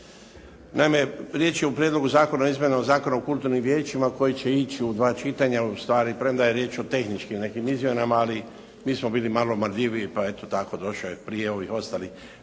Naime, riječ je o Prijedlogu zakona o izmjenama Zakona o kulturnim vijećima koji će ići u dva čitanja ustvari premda je riječ o tehničkim nekim izmjenama ali mi smo bili malo marljiviji pa eto tako došao je prije ovih ostalih